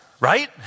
right